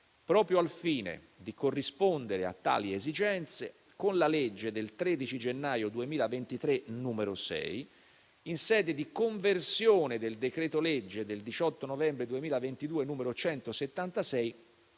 Proprio al fine di corrispondere a tali esigenze, con la legge del 13 gennaio 2023, n. 6, in sede di conversione del decreto-legge del 18 novembre 2022, n. 176,